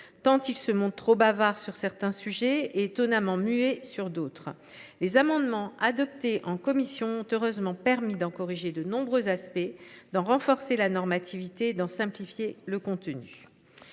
tant il se montre trop bavard sur certains sujets et étonnamment muet sur d’autres. Les amendements adoptés en commission ont heureusement permis d’en corriger de nombreux aspects, d’en renforcer la normativité et d’en simplifier le contenu.